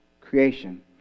creation